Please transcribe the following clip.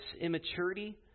immaturity